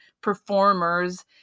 performers